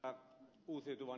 arvoisa puhemies